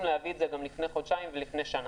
מאוד להביא את זה גם לפני חודשיים ולפני שנה.